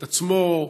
את עצמו,